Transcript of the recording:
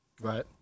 Right